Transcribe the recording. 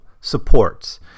supports